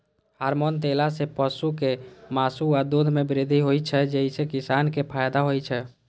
hormone देला सं पशुक मासु आ दूध मे वृद्धि होइ छै, जइसे किसान कें फायदा होइ छै